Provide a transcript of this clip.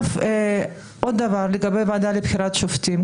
עוד דבר לגבי הוועדה לבחירת שופטים.